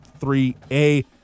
3A